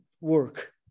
work